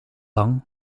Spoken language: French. ans